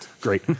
Great